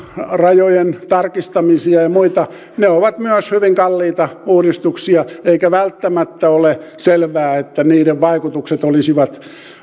rajojen tarkistamisia ja ja muita ne ovat myös hyvin kalliita uudistuksia eikä välttämättä ole selvää että niiden vaikutukset olisivat